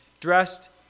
dressed